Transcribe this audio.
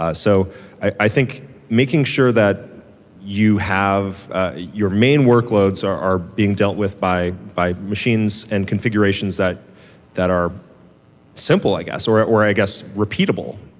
ah so i think making sure that you have your main workloads are being dealt with by by machines and configurations that that are simple, i guess, or or i guess repeatable,